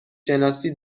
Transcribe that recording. شناسی